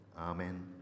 Amen